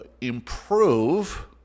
improve